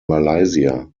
malaysia